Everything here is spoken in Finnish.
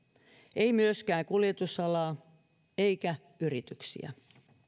ei myöskään kuljetusalaa eikä yrityksiä